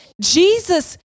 Jesus